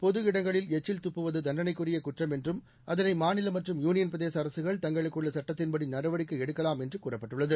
பொது இடங்களில் எச்சில் துப்புவது தண்டனைக்குரிய குற்றம் என்றும் அதளை மாநில மற்றும் யூனியன் பிரதேச அரசுகள் தங்களுக்குள்ள சட்டத்தின்படி நடவடிக்கை எடுக்கலாம் என்று கூறப்பட்டுள்ளது